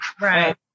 Right